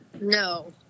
No